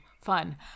fun